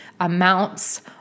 amounts